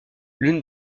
l’une